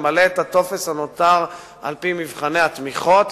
למלא את הטופס הנותר על-פי מבחני התמיכות,